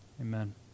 amen